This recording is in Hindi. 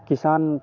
किसान